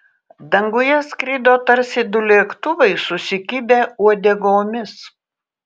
danguje skrido tarsi du lėktuvai susikibę uodegomis